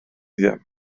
ddim